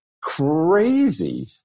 crazy